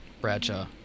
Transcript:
Bradshaw